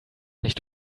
nicht